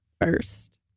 first